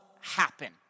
happen